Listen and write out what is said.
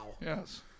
Yes